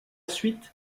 suite